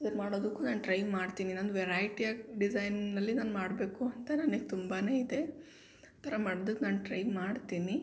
ಅದಕ್ಕೆ ಮಾಡೋದಕ್ಕೂ ನಾನು ಟ್ರೈ ಮಾಡ್ತೀನಿ ನಂದು ವೆರೈಟಿಯಾಗಿ ಡಿಸೈನ್ನಲ್ಲಿ ನಾನು ಮಾಡಬೇಕು ಅಂತ ನನಗೆ ತುಂಬಾ ಇದೆ ಆ ಥರ ಮಾಡ್ದಕ್ಕೆ ನಾನು ಟ್ರೈ ಮಾಡ್ತೀನಿ